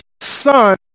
son